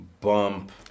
Bump